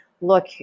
look